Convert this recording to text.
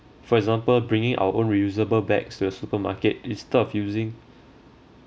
for example bringing our own reusable bags to the supermarkets instead of using